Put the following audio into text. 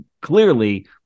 clearly